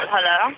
Hello